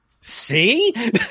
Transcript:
see